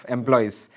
Employees